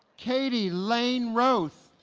katie lane roath